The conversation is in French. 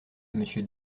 monsieur